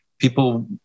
People